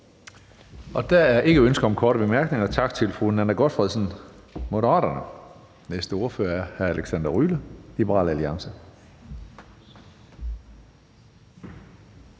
Der er ikke ønsker om korte bemærkninger. Tak til fru Nanna W. Gotfredsen, Moderaterne. Næste ordfører er hr. Alexander Ryle, Liberal Alliance.